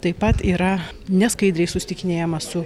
taip pat yra neskaidriai susitikinėjama su